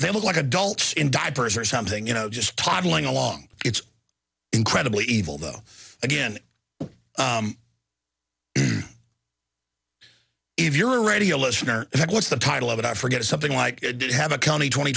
they look like adults in diapers or something you know just toddling along it's incredibly evil though again if you're a radio listener what's the title of it i forget something like i did have a county twenty